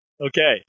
Okay